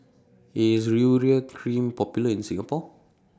IS Urea Cream Popular in Singapore